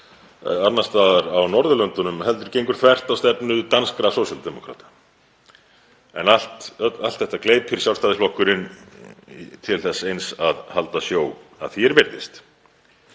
annars staðar á Norðurlöndunum heldur gengur þvert á stefnu danskra sósíaldemókrata. En allt þetta gleypir Sjálfstæðisflokkurinn til þess eins að halda sjó að því er virðist.